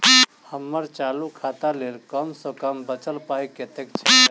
हम्मर चालू खाता लेल कम सँ कम बचल पाइ कतेक छै?